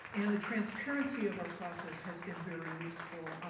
and the transparency of our process has been very useful,